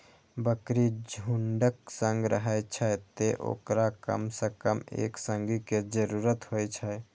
बकरी झुंडक संग रहै छै, तें ओकरा कम सं कम एक संगी के जरूरत होइ छै